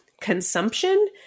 consumption